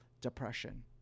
depression